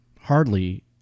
hardly